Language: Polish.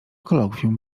kolokwium